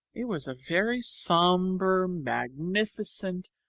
it was a very sombre, magnificent,